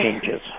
changes